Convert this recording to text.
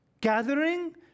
Gathering